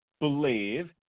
believe